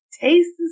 tastes